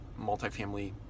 multifamily